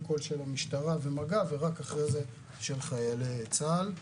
כל מגע של המשטרה ומג"ב ורק לאחר מכן של חיילי צה"ל.